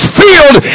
field